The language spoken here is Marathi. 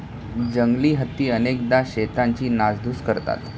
जंगली हत्ती अनेकदा शेतांची नासधूस करतात